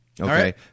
Okay